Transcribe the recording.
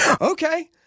Okay